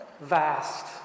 Vast